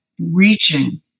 reaching